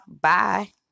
Bye